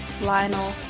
Lionel